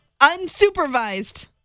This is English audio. Unsupervised